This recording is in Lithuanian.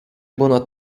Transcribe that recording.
būna